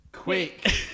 Quick